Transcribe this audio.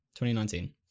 2019